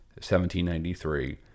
1793